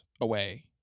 away